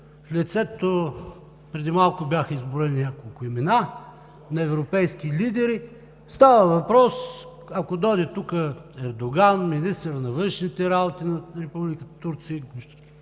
съюз – преди малко бяха изброени няколко имена на европейски лидери… Става въпрос, че ако дойде тук Ердоган, министърът на външните работи на Република Турция